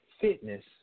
fitness